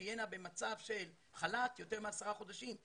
תהיינה במצב של חל"ת יותר מעשרה חודשים,